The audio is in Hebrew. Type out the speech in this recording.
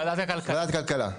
ועדת הכלכלה.